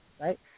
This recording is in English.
right